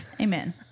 amen